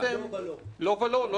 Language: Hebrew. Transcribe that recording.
לא ולא.